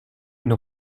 une